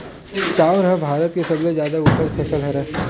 चाँउर ह भारत के सबले जादा उपज फसल हरय